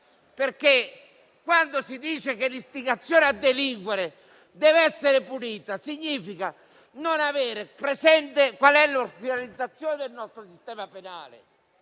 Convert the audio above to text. Quando si dice che l'istigazione a delinquere deve essere punita, significa non avere presente qual è l'organizzazione del nostro sistema penale.